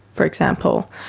for example?